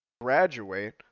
graduate